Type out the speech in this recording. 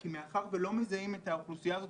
כי מאחר ולא מזהים את האוכלוסייה הזו